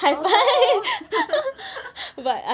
oh